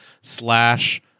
slash